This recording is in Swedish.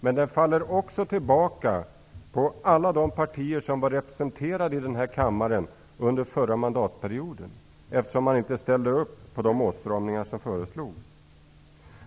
Men den faller också tillbaka på alla de partier som var representerade i den här kammaren under förra mandatperioden, eftersom man inte ställde upp på de åtstramningar som föreslogs.